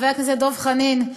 חבר הכנסת דב חנין,